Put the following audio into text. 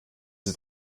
ist